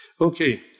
Okay